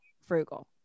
frugal